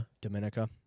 Dominica